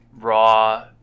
raw